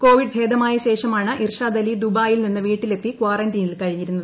Covid ഭേദമായ ശേഷമാണ് ഇർഷാദലി ദുബായിൽ നിന്നെത്തി വീട്ടിലെത്തി കാറന്റീനിൽ കഴിഞ്ഞിരുന്നത്